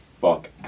fuck